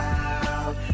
out